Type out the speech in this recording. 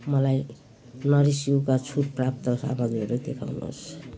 मलाई नरिस यूका छुटप्राप्त सामग्रीहरू देखाउनुहोस्